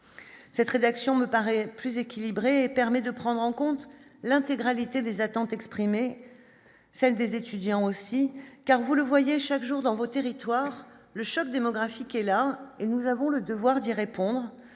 Cette rédaction, me paraît plus équilibrée et permet de prendre en compte l'intégralité des attentes exprimées, celle des étudiants aussi car, vous le voyez, chaque jour, dans vos territoires le choc démographique et là et nous avons le devoir d'y répondre